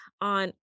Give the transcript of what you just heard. on